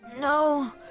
No